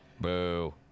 Boo